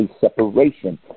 separation